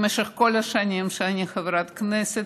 במשך כל השנים שאני חברת כנסת,